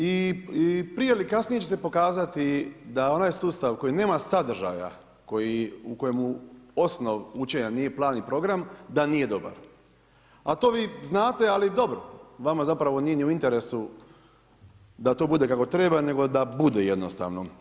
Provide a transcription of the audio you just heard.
I prije ili kasnije će se pokazati da onaj sustav koji nema sadržaja, u kojemu osnov učenja nije plan i program da nije dobar, a to vi znate, ali dobro, vama zapravo nije ni u interesu da to bude kako treba, nego da bude jednostavno.